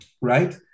right